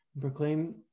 proclaim